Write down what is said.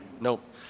Nope